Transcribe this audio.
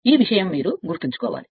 ఈ విషయం మీరు గుర్తుంచుకోవాలి